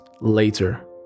later